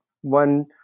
one